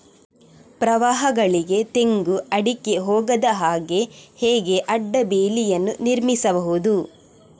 ಪ್ರವಾಹಗಳಿಗೆ ತೆಂಗು, ಅಡಿಕೆ ಹೋಗದ ಹಾಗೆ ಹೇಗೆ ಅಡ್ಡ ಬೇಲಿಯನ್ನು ನಿರ್ಮಿಸಬಹುದು?